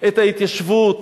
את ההתיישבות.